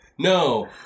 No